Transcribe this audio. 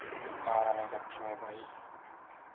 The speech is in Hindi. महारानी लक्ष्मीबाई